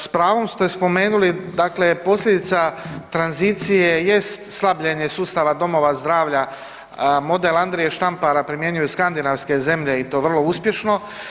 S pravom ste spomenuli dakle posljedica tranzicije jest slabljenje sustava domova zdravlja, model Andrije Štampara primjenjuju skandinavske zemlje i to vrlo uspješno.